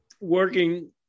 working